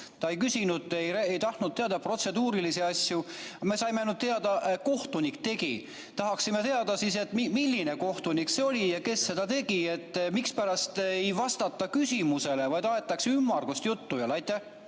Ta ei küsinud, ei tahtnud teada protseduurilisi asju. Me saime ainult teada, et kohtunik tegi. Tahaksime teada, milline kohtunik see oli, kes seda tegi. Mispärast ei vastata küsimusele, vaid aetakse ümmargust juttu? Ma